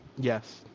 Yes